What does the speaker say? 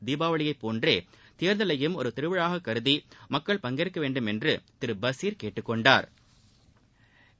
தீபாவளியை போன்றே தேர்தலையும் ஒரு திருவிழாவாக கருதி மக்கள் பங்கேற்க வேண்டும் என்று திரு பசிா் கேட்டுக்கொண்டாா்